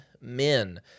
men